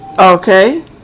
Okay